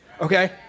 okay